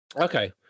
Okay